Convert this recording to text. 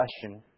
question